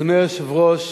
אדוני היושב-ראש,